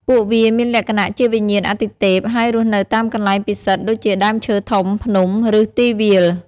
ពួកវាមានលក្ខណៈជាវិញ្ញាណអាទិទេពហើយរស់នៅតាមកន្លែងពិសិដ្ឋដូចជាដើមឈើធំ ភ្នំ ឬទីវាល។